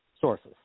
sources